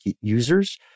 users